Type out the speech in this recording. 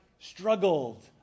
struggled